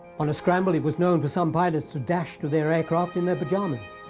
on a scramble it was known for some pilots to dash to their aircraft in their pajamas.